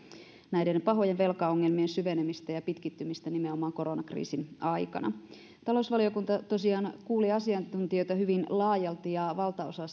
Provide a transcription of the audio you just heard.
näiden pahojen velkaongelmien syvenemistä ja pitkittymistä nimenomaan koronakriisin aikana talousvaliokunta tosiaan kuuli asiantuntijoita hyvin laajalti ja valtaosa